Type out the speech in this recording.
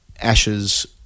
Ashes